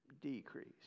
decrease